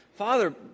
Father